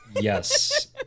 Yes